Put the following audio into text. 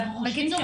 בקיצור,